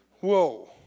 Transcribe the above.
Whoa